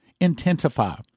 Intensify